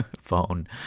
phone